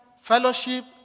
fellowship